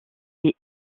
est